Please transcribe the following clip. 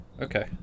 Okay